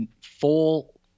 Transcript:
full